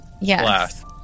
yes